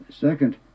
Second